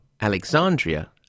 Alexandria